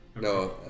No